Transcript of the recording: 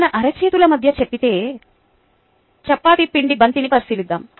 మన అరచేతుల మధ్య చప్పతి పిండి బంతిని పరిశీలిద్దాం